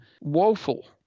woeful